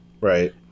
Right